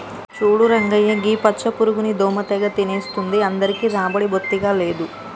చూడు రంగయ్య గీ పచ్చ పురుగుని దోమ తెగ తినేస్తుంది అందరికీ రాబడి బొత్తిగా లేదు